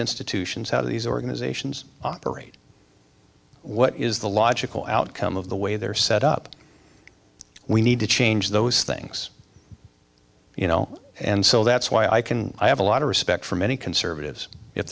institutions how these organizations operate what is the logical outcome of the way they're set up we need to change those things you know and so that's why i can i have a lot of respect for many conservatives if